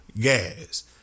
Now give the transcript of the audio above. Gas